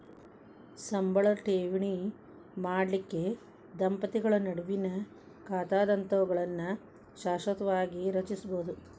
ಸಂಬಳ ಠೇವಣಿ ಮಾಡಲಿಕ್ಕೆ ದಂಪತಿಗಳ ನಡುವಿನ್ ಖಾತಾದಂತಾವುಗಳನ್ನ ಶಾಶ್ವತವಾಗಿ ರಚಿಸ್ಬೋದು